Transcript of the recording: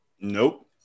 Nope